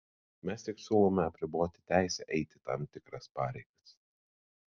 mes tik siūlome apriboti teisę eiti tam tikras pareigas